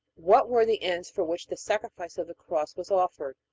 what were the ends for which the sacrifice of the cross was offered?